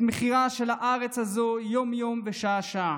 מחירה של הארץ הזו יום-יום ושעה-שעה.